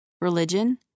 religion